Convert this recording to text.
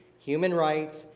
human rights,